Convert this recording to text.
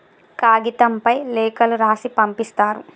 కాగితంపై లేఖలు రాసి పంపిస్తారు